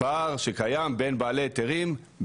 פער שקיים בין בעלי היתרים,